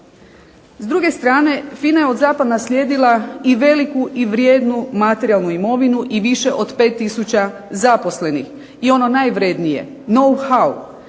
S druge strane, FINA je od ZAP-a naslijedila i veliku i vrijednu materijalnu imovinu i više od 5 tisuća zaposlenih. I ono najvrijednije know how